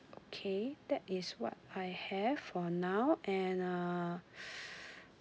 okay that is what I have for now and uh